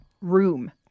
Room